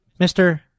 Mr